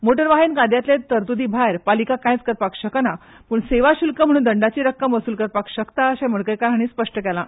मोटर वाहन कायद्यातलें तरतुदी भायर पालीका कांयच करपाक शकना पूण सेवा श्ल्क म्ह्ण दंडाची रक्कम वसूल करपाक शकता अशेंय मडकयकार हांणी स्पश्ट केलां